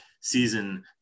season